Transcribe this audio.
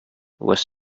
was